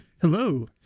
Hello